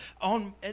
on